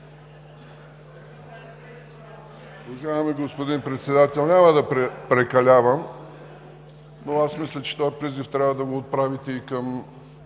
Уважаеми господин Председател, няма да прекалявам, но аз мисля, че този призив трябва да го отправите и към